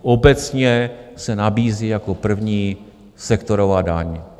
Obecně se nabízí jako první sektorová daň.